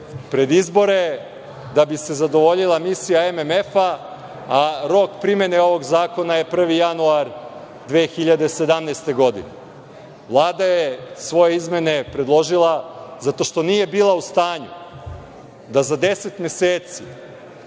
pred izbore, da bi se zadovoljila misija MMF-a, a rok primene ovog zakona je 1. januar 2017. godine? Vlada je svoje izmene predložila zato što nije bila u stanju da za 10 meseci